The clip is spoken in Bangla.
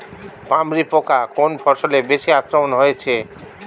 পামরি পোকা কোন ফসলে বেশি আক্রমণ হয়েছে?